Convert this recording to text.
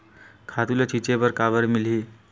खातु ल छिंचे बर काबर मिलही?